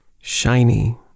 shiny